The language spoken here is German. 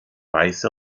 weiße